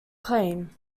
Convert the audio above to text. claim